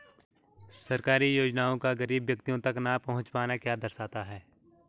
सरकारी योजनाओं का गरीब व्यक्तियों तक न पहुँच पाना क्या दर्शाता है?